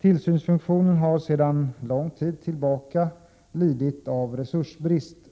Tillsynsfunktionen har sedan lång tid tillbaka lidit av resursbrist.